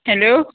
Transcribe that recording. hello